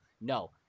No